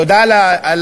תודה על התיקון.